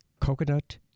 coconut